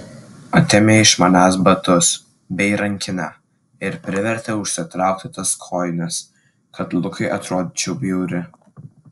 atėmė iš manęs batus bei rankinę ir privertė užsitraukti tas kojines kad lukui atrodyčiau bjauri